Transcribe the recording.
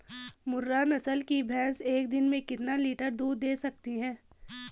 मुर्रा नस्ल की भैंस एक दिन में कितना लीटर दूध दें सकती है?